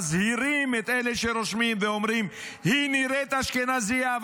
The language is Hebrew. מזהירים את אלה שרושמים ואומרים: היא נראית אשכנזייה,